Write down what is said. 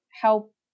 help